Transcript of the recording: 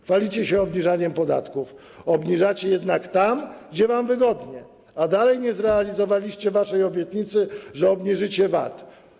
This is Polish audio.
Chwalicie się obniżaniem podatków, obniżacie jednak tam, gdzie wam wygodnie, a nadal nie zrealizowaliście waszej obietnicy, że obniżycie VAT.